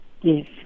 Yes